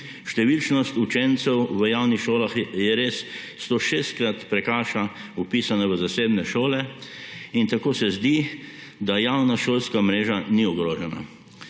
Številčnost učencev v javnih šolah 106-krat prekaša vpisane v zasebne šole in tako se zdi, da javna šolska mreža ni ogrožena.